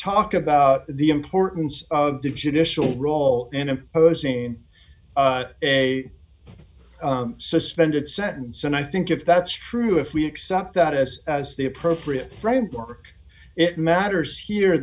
talk about the importance of the judicial role in opposing a suspended sentence and i think if that's true if we accept that as as the appropriate bryant park it matters here